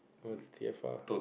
what's T F R